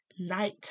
night